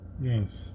Yes